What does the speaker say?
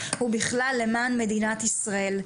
ובכלל למען מדינת ישראל.